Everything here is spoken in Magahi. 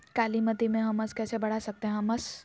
कालीमती में हमस कैसे बढ़ा सकते हैं हमस?